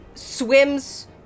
swims